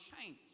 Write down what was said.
change